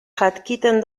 jakiten